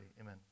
amen